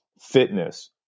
fitness